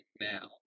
now